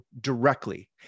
directly